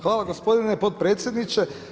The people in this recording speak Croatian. Hvala gospodine potpredsjedniče.